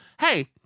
Hey